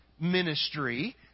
ministry